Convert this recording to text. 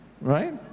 Right